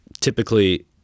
typically